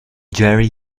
jerry